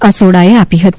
એસોડાએ આપી હતી